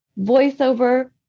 VoiceOver